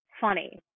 funny